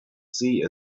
see